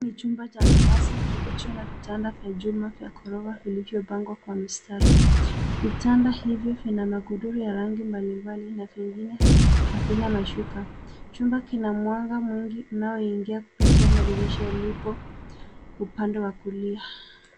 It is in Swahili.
Hapa ni chumba cha malazi kilicho na vitanda vya chuma vya kulala kilichopangwa kwa mstari. Vitanda hivi vina magodoro ya rangi mbalimbali na vingine havina mashuka. Chumba kina mwanga mwingi unaoingia kupitia madirisha ya mipo upande wa kulia.